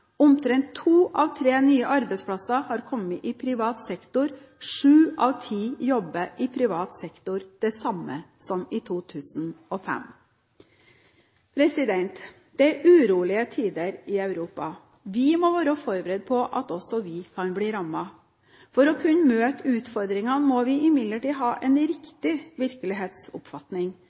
Omtrent to av tre nye arbeidsplasser har kommet i privat sektor, sju av ti jobber i privat sektor – det samme som i 2005. Det er urolige tider i Europa. Vi må være forberedt på at også vi kan bli rammet. For å kunne møte utfordringene må vi imidlertid ha en riktig virkelighetsoppfatning.